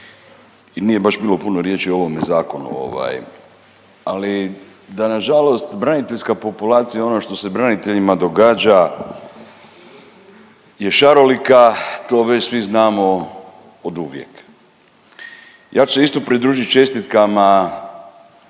i nije baš bilo puno riječi o ovome Zakonu, ovaj, ali, da nažalost braniteljska populacija, ono što se braniteljima događa je šarolika, to već svi znamo oduvijek. Ja ću se isto pridružiti čestitkama,